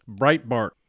Breitbart